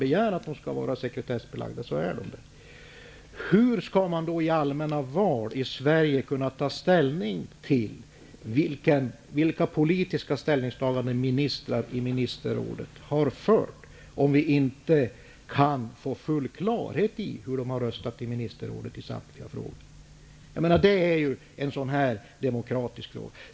Förhandlingarna är sekretessbelagda om något land begär det. Hur skall vi då i allmänna val i Sverige kunna ta ställning till vilka politiska ställningstaganden ministrar i ministerrådet har gjort, om vi inte kan få full klarhet i hur de har röstat i samtliga frågor? Det är en demokratisk fråga.